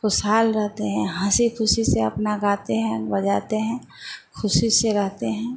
खुशहाल रहते हैं हँसी ख़ुशी से अपना गाते हैं बजाते हैं ख़ुशी से रहते हैं